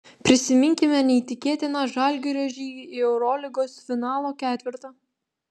prisiminkime neįtikėtiną žalgirio žygį į eurolygos finalo ketvertą